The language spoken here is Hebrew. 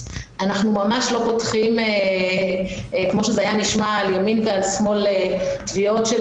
אנחנו ממש לא פותחים על ימין ושמאל תביעות של